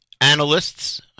analysts